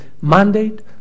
mandate